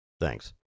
Thanks